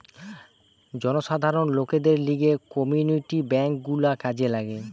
জনসাধারণ লোকদের লিগে কমিউনিটি বেঙ্ক গুলা কাজে লাগে